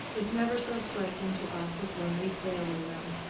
is never so striking to us as when we fail in them.